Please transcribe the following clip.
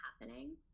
happening